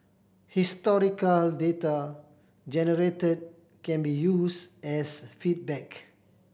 historical data generated can be used as feedback